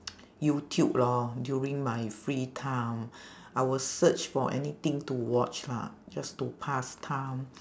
youtube lor during my free time I will search for anything to watch lah just to pass time